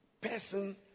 person